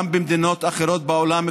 וגם במדינות אחרות בעולם,